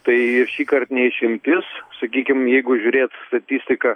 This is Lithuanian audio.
tai šįkart ne išimtis sakykim jeigu žiūrėt statistiką